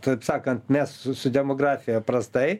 taip sakant mes su demografija prastai